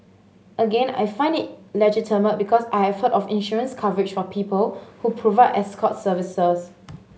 again I found it legitimate because I have heard of insurance coverage for people who provide escort services